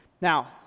Now